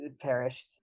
perished